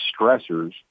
stressors